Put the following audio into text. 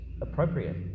appropriate